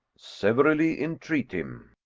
severally entreat him.